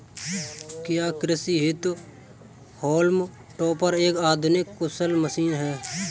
क्या कृषि हेतु हॉल्म टॉपर एक आधुनिक कुशल मशीन है?